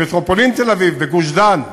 במטרופולין תל-אביב, בגוש-דן.